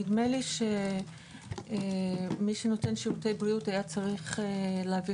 נדמה לי שמי שנותן שירותי בריאות היה צריך להביא